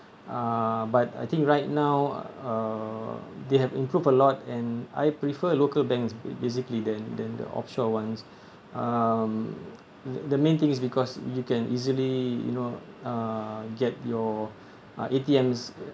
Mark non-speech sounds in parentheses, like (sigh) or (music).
uh but I think right now uh they have improved a lot and I prefer local banks b~ basically than than the offshore ones (breath) um th~ the main thing is because you can easily you know uh get your uh A_T_Ms